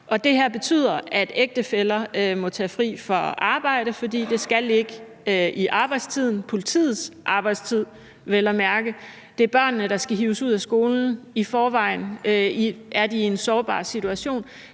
her betyder, at ægtefæller må tage fri fra arbejde, fordi det skal ligge i arbejdstiden, vel at mærke politiets arbejdstid. Det er børnene, der skal hives ud af skolen, og i forvejen er de i en sårbar situation.